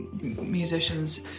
musicians